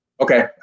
Okay